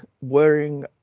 wearing